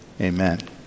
Amen